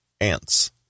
ANTS